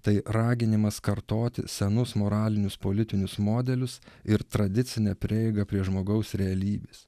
tai raginimas kartoti senus moralinius politinius modelius ir tradicinę prieigą prie žmogaus realybės